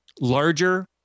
larger